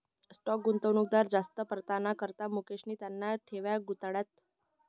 stock गुंतवणूकवर जास्ती परतावाना करता मुकेशनी त्याना ठेवी गुताड्यात